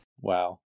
wow